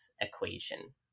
equation